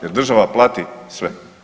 Jer država plati sve.